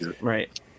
right